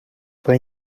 when